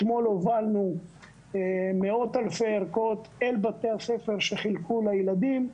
אתמול הובלנו מאות אלפי ערכות אל בתי הספר שחילקו לילדים.